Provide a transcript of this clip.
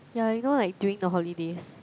yeah you know like during the holidays